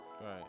Right